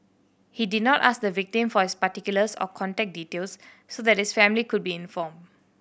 he did not ask the victim for his particulars or contact details so that his family could be informed